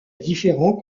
différents